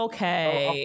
Okay